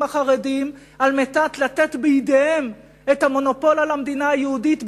החרדים כדי לתת בידיהם את המונופול על המדינה היהודית,